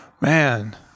Man